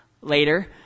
later